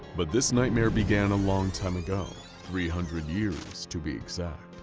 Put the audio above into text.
but this nightmare began a long time ago three hundred years, to be exact.